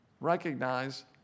recognize